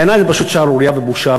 בעיני זו פשוט שערורייה ובושה.